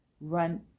run